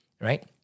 right